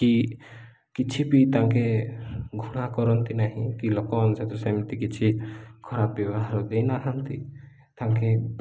କି କିଛି ବି ତାଙ୍କେ ଘୃଣା କରନ୍ତି ନାହିଁ କି ଲୋକଙ୍କ ସହିତ ସେମିତି କିଛି ଖରାପ ବ୍ୟବହାର ଦେଇନାହାନ୍ତି ତାଙ୍କେ